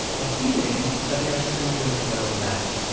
a feeling that they are strangers in their own land.